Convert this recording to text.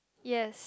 yes